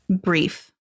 brief